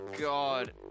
god